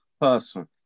person